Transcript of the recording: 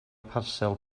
parsel